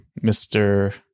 Mr